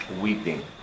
weeping